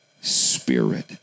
Spirit